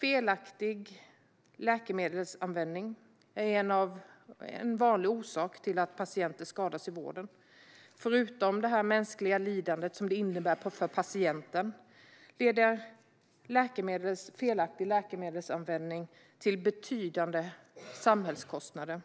Felaktig läkemedelsanvändning är en vanlig orsak till att patienter skadas i vården. Förutom det mänskliga lidande som drabbar patienten leder felaktig läkemedelsanvändning till betydande samhällskostnader.